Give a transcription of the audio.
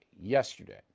yesterday